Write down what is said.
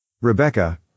Rebecca